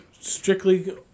strictly